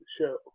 show